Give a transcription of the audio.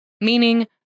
Meaning